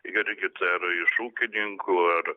irgi dar iš ūkininkų ar